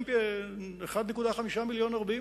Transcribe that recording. חיים 1.5 מיליון ערבים.